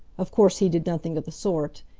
of course, he did nothing of the sort.